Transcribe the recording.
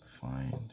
Find